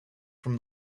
from